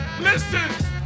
listen